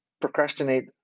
procrastinate